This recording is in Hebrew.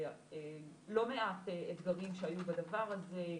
לא מעט אתגרים שהיו בדבר הזה,